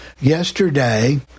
Yesterday